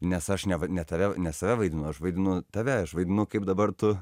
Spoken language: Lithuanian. nes aš neva ne tave ne save vaidinu aš vaidinu tave aš vaidinu kaip dabar tu